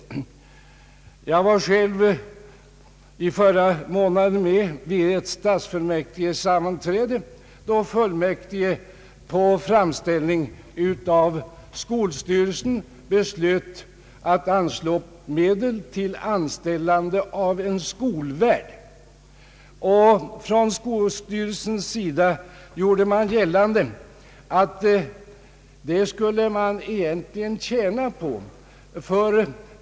Jag deltog själv i ett stadsfullmäktigesammanträde förra månaden, då fullmäktige på framställning från skolstyrelsen beslöt att anslå medel till anställande av en skolvärd. Från skolstyrelsens sida gjordes gällande att man skulle tjäna på att ha en sådan.